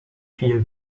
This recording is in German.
viel